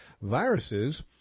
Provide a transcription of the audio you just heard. viruses